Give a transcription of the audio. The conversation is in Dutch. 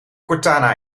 cortana